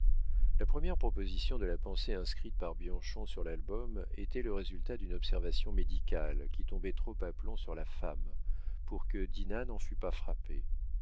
la première proposition de la pensée inscrite par bianchon sur l'album était le résultat d'une observation médicale qui tombait trop à plomb sur la femme pour que dinah n'en fût pas frappée